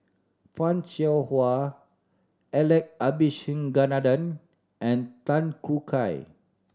Fan Shao Hua Alex Abisheganaden and Tan Choo Kai